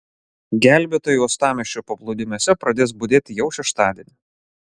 gelbėtojai uostamiesčio paplūdimiuose pradės budėti jau šeštadienį